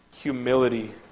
humility